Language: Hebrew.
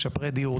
משפרי דיור,